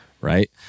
right